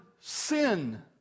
sin